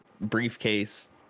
briefcase